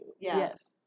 yes